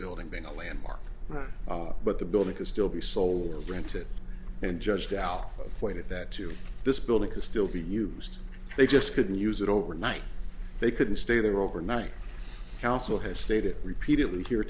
building being a landmark but the building could still be sold rented and judged out point that to this building could still be used they just couldn't use it overnight they couldn't stay there overnight council has stated repeatedly here